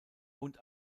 und